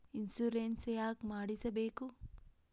Insurance ಯಾಕ್ ಮಾಡಿಸಬೇಕು?